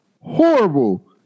horrible